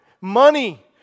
money